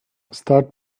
start